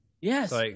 Yes